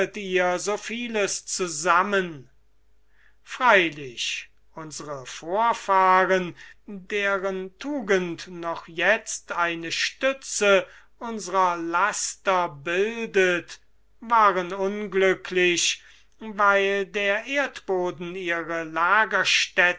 ihr so vieles zusammen freilich unsere vorfahren deren tugend noch jetzt eine stütze unsrer laster bildet waren unglücklich weil der erdboden ihre lagerstätte